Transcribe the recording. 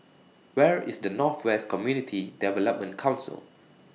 Where IS The North West Community Development Council